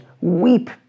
weep